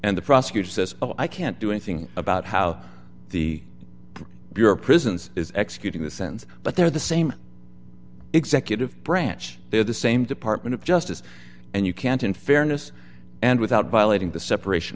and the prosecutor says oh i can't do anything about how the bureau of prisons is executing the sense but they're the same executive branch they're the same department of justice and you can't in fairness and without violating the separation